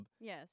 Yes